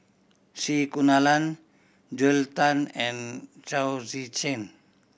C Kunalan Joel Tan and Chao Tzee Cheng